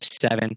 seven